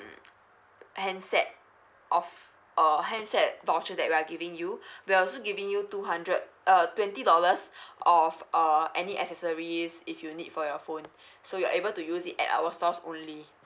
handset of uh handset voucher that we are giving you we're also giving you two hundred uh twenty dollars off uh any accessories if you need for your phone so you're able to use it at our stores only